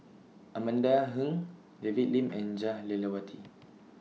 Amanda Heng David Lim and Jah Lelawati